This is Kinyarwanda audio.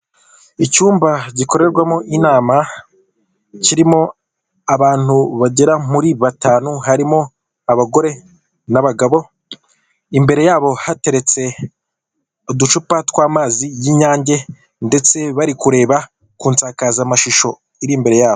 Icyumba gikorerwamo inama, kirimo abantu bagera muri batanu, harimo abagore n'abagabo, imbere yabo hateretse uducupa tw'amazi y'inyange ndetse bari kureba ku nsankazamashusho iri imbere yabo.